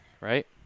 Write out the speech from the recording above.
right